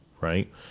right